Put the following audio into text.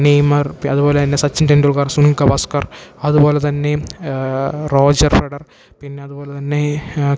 Neymar അതു പോലെ തന്നെ സച്ചിൻ ടെൻണ്ടുൽക്കർ സുനിൻ ഗവാസ്കർ അതു പോലെ തന്നെയും റോജർ ഫ്രഡർ പിന്നെ അതു പോലെ തന്നെ ക്രിക്